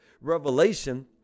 revelation